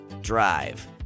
drive